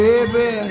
Baby